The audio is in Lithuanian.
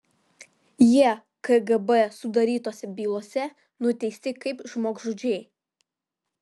jie kgb sudarytose bylose nuteisti kaip žmogžudžiai